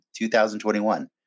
2021